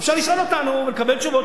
אפשר לשאול אותנו ולקבל תשובות.